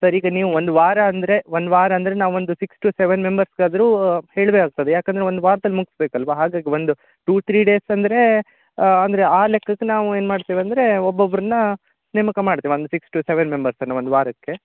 sir ಈಗ ನೀವು ಒಂದು ವಾರ ಅಂದರೆ ಒಂದು ವಾರ ಅಂದರೆ ನಾವು ಒಂದು ಸಿಕ್ಸ್ ಟು ಸೆವೆನ್ ಮೆಂಬರ್ಸ್ ಆದರೂ ಹೇಳ್ಬೇಕಾಗ್ತದೆ ಯಾಕಂದರೆ ನಾವು ಒಂದು ವಾರದಲ್ಲಿ ಮುಗಿಸ್ಬೇಕಲ್ವಾ ಹಾಗಾಗಿ ಒಂದು ಟು ತ್ರಿ ಡೇಸ್ ಅಂದರೆ ಅಂದರೆ ಆ ಲೆಕ್ಕಕ್ಕೆ ನಾವು ಏನು ಮಾಡ್ತೇವೆ ಅಂದರೆ ಒಬ್ಬೊಬ್ಬರನ್ನಾ ನೇಮಕ ಮಾಡ್ತೇವೆ ಒಂದು ಸಿಕ್ಸ್ ಸೆವೆನ್ ಮೆಂಬರ್ಸ್ನ ಒಂದು ವಾರಕ್ಕೆ